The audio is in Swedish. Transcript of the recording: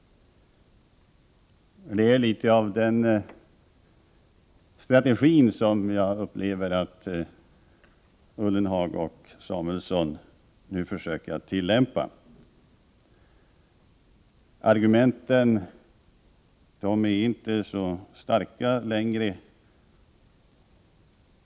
Det är litet av denna strategi som jag upplever att Ullenhag och Samuelson nu försöker tillämpa. Argumenten är inte så starka längre.